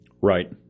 Right